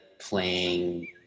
playing –